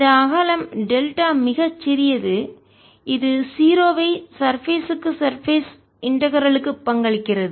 இந்த அகலம் டெல்டா மிகச் சிறியது இது 0 வை சர்பேஸ் க்கு சர்பேஸ் மேற்பரப்பு இன்டகரல் க்கு பங்களிக்கிறது